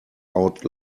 out